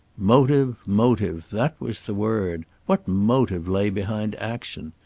motive, motive, that was the word. what motive lay behind action.